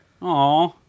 Aw